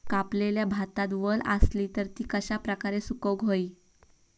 कापलेल्या भातात वल आसली तर ती कश्या प्रकारे सुकौक होई?